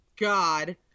god